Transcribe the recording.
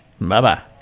Bye-bye